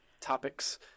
topics